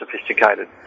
sophisticated